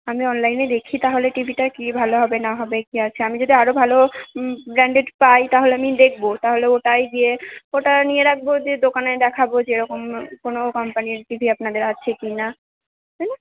আমি অনলাইনে দেখি তাহলে টিভিটা কী ভালো হবে না হবে কী আছে আমি যদি আরও ভালো ব্র্যান্ডেড পাই তাহলে আমি দেখব তাহলে ওটাই গিয়ে ওটা নিয়ে রাখব দিয়ে দোকানে দেখাব যে এরকম কোনো কোম্পানির টি ভি আপনাদের আছে কি না তাই না